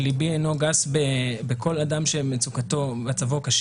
ליבי אינו גס בכל אדם שמצבו קשה.